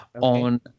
On